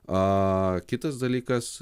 a kitas dalykas